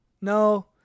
no